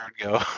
go